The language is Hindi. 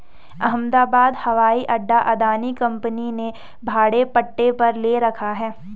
अहमदाबाद हवाई अड्डा अदानी कंपनी ने भाड़े पट्टे पर ले रखा है